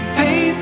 pay